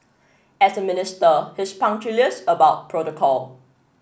as a minister he's punctilious about protocol